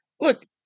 look